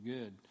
Good